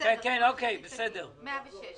116